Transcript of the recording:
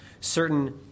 certain